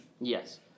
yes